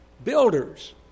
Builders